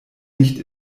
nicht